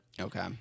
Okay